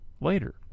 later